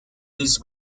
this